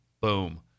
Boom